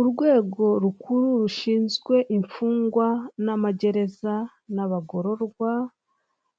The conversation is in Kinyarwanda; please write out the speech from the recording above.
Urwego rukuru rushinzwe imfungwa n'amagereza n'abagororwa,